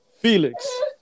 Felix